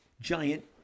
giant